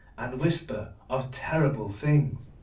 and whisper of terrible things.